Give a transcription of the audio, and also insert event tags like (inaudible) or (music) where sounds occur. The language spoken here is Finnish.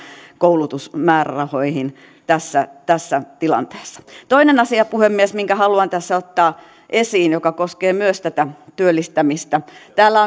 koulutusmäärärahoihin tässä tässä tilanteessa toinen asia puhemies minkä haluan tässä ottaa esiin joka koskee myös tätä työllistämistä täällä (unintelligible)